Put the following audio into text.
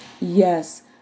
Yes